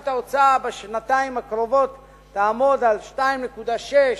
ההוצאה בשנתיים הקרובות תעמוד על 2.6%,